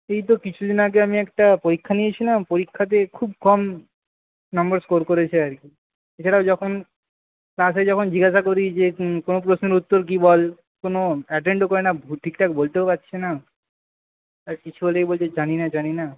এই তো কিছুদিন আগে আমি একটা পরীক্ষা নিয়েছিলাম পরীক্ষাতে খুব কম নাম্বার স্কোর করেছে আর কি এছাড়াও যখন ক্লাসে যখন জিজ্ঞাসা করি যে কোনো প্রশ্নের উত্তর কি বল কোনো অ্যাটেন্ডও করে না ঠিকঠাক বলতেও পারছে না আর কিছু হলেই বলছে জানি না জানি না